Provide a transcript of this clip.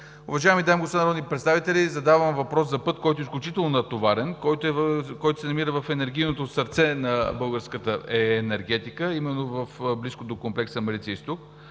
Уважаеми дами и господа народни представители, задавам въпрос за път, който е изключително натоварен. Той се намира в енергийното сърце на българската енергетика, а именно близо до комплекса „Марица изток“.